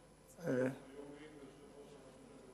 היום לין הוא יושב-ראש הרשות הלאומית לבטיחות בדרכים.